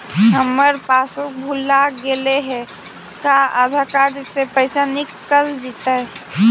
हमर पासबुक भुला गेले हे का आधार कार्ड से पैसा निकल जितै?